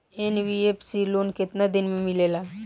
NBFC loan केतना दिन मे मिलेला?